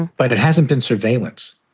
but it hasn't been surveillance.